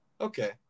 Okay